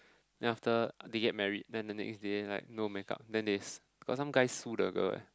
then after they get married then the next day like no make up then there's got some guy sue the girl eh